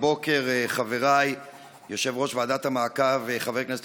הבוקר חבריי יושב-ראש ועדת המעקב וחבר הכנסת